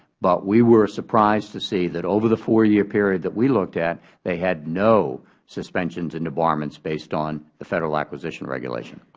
but we were surprised to see that over the four-year period that we looked at, they had no suspensions and debarments based on the federal acquisition regulation.